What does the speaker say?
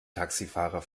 taxifahrer